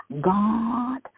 God